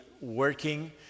working